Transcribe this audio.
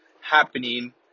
happening